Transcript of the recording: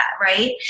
Right